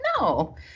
no